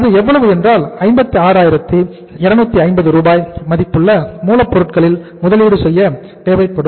அது எவ்வளவு என்றால் 56250 ரூபாய் மதிப்புள்ள மூலப்பொருட்களில் முதலீடு செய்ய தேவைப்படும்